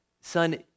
son